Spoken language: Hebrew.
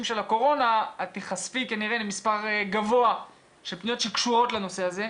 של הקורונה את תיחשפי כנראה למספר גבוה של פניות שקשורות לנושא הזה.